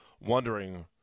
wondering